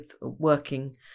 working